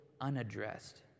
unaddressed